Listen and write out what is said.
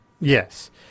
Yes